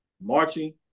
marching